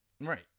Right